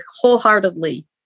wholeheartedly